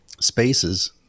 spaces